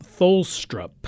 Tholstrup